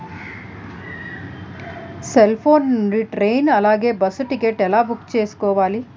Cell phone నుండి train అలాగే bus ticket ఎలా బుక్ చేసుకోవాలి?